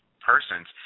persons